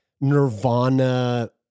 Nirvana